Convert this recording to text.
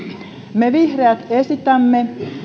me vihreät esitämme